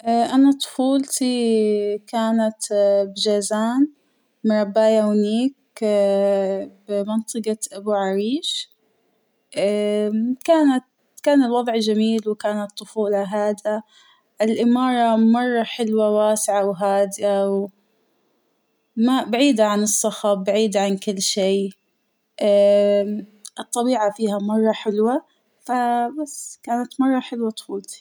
ااا- أنا طفولتى كانت بجزان مربايا هونيك اا- بمنطقة أبو عريش ، اا م - كانت كان الوضع جميل وكانت طفولة هادئة ، الإمارة مرة حلوة واسعة وهادئة ، و ما - بعيدة عن الصخب بعيدة عن كل شى اا- الطبيعة فيها مرة حلوة فاا -، بس كانت مرة حلوة طفولتى.